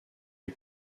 est